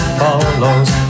follows